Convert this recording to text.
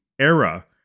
era